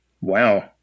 wow